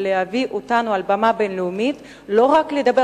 ולהביא אותנו אל במה בין-לאומית ולא לדבר